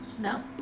No